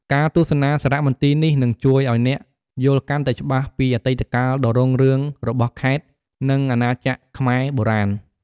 ការទស្សនាសារមន្ទីរនេះនឹងជួយឲ្យអ្នកយល់កាន់តែច្បាស់ពីអតីតកាលដ៏រុងរឿងរបស់ខេត្ត និងអាណាចក្រខ្មែរបុរាណ។